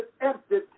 empty